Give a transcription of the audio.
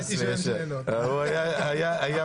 הארגונים והמשפחות הנפגעות בעתירה לבג"ץ.